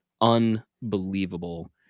unbelievable